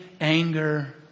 anger